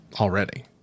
already